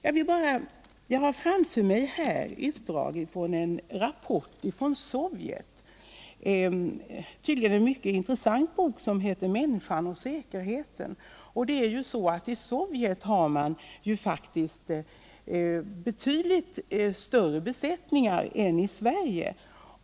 Jag har framför mig här ett utdrag ur en rapport från Sovjet enligt en tydligen mycket intressant bok som heter Människan och säkerheten. I Sovjet har man betydligt större besättningar än i Sverige.